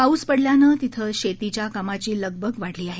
पाऊस पडल्यामुळे तिते शेतीच्या कामाची लगबग वाढली आहे